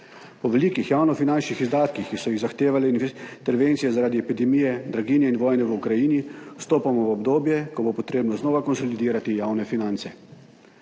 Po velikih javnofinančnih izdatkih, ki so jih zahtevali intervencije zaradi epidemije, draginje in vojne v Ukrajini, vstopamo v obdobje, ko bo potrebno znova konsolidirati javne finance.